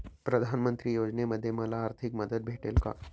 प्रधानमंत्री योजनेमध्ये मला आर्थिक मदत भेटेल का?